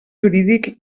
jurídic